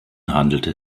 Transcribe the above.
handelte